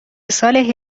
سال